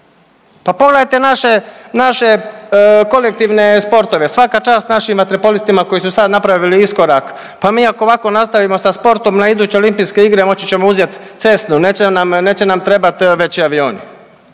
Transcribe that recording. Pa pogledajte naše, naše kolektivne sportove, svaka čast našim vaterpolistima koji su sad napravili iskorak, pa mi ako ovako nastavimo sa sportom na iduće Olimpijske igre moći ćemo uzeti Cessnu, neće, neće nam trebati veći avioni.